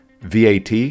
vat